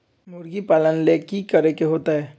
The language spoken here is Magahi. मुर्गी पालन ले कि करे के होतै?